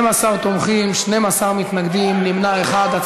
12 תומכים, 12 מתנגדים, נמנע אחד.